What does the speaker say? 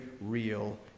real